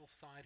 side